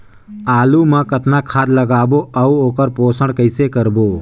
आलू मा कतना खाद लगाबो अउ ओकर पोषण कइसे करबो?